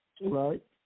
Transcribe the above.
right